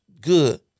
good